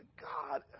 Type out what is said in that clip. God